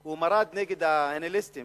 הוא מרד נגד ההלניסטים